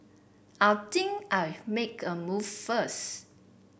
I think I'll make a move first